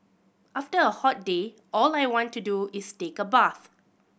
after a hot day all I want to do is take a bath